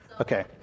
Okay